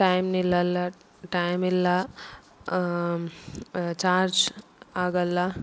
time ನಿಲ್ಲಲ್ಲ ಟೈಮಿಲ್ಲ charge ಆಗಲ್ಲ